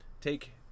Take